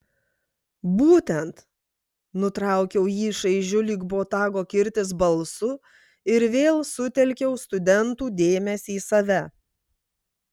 būtent nutraukiau jį šaižiu lyg botago kirtis balsu ir vėl sutelkiau studentų dėmesį į save